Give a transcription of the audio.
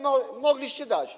Mogliście dać.